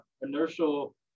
inertial